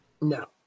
No